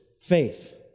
faith